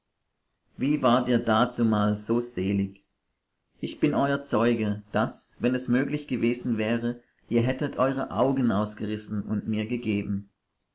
wie wart ihr dazumal so selig ich bin euer zeuge daß wenn es möglich gewesen wäre ihr hättet eure augen ausgerissen und mir gegeben